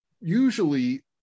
usually